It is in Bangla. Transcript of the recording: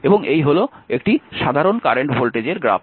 এবং এই হল একটি সাধারণ কারেন্ট ভোল্টেজের গ্রাফ